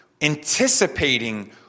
anticipating